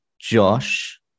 Josh